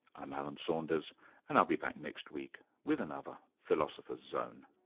i'm alan saunders and i'll be back next week with another philosopher's zone